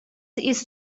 ist